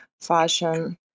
fashion